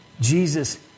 Jesus